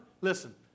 Listen